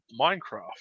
Minecraft